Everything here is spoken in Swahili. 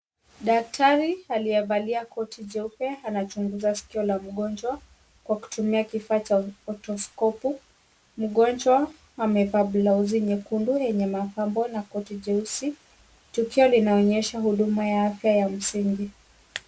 Daktari aliyevalia koti jeupe anachunguza skio la mgonjwa kwa kutumia kifaa cha otoskopu. Mgonjwa amevaa blausi nyekundu yenye makambo na koti jeusi. Tukio linaonyesha huduma ya afya ya msingi.